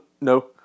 no